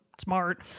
smart